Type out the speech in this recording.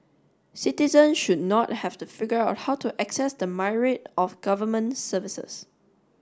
citizen should not have to figure out how to access the myriad of government services